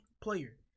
player